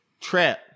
Trap